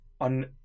on